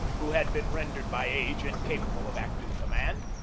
who had been rendered by age incapable of active command,